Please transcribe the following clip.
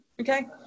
Okay